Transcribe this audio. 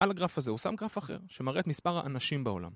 על הגרף הזה הוא שם גרף אחר שמראה את מספר האנשים בעולם